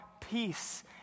peace